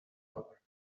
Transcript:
bar